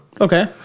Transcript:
Okay